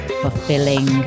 fulfilling